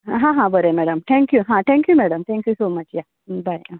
हां हां हां बरें madam thank you thank you madam thank you so much या बाय आं